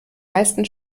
meisten